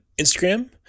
Instagram